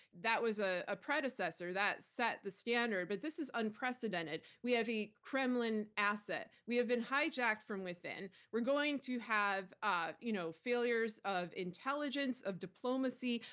that was ah a predecessor, that set the standard. but this is unprecedented. we have a kremlin asset. we have been hijacked from within. we're going to have ah you know failures of intelligence, of diplomacy,